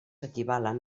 equivalen